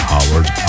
Howard